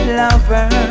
lover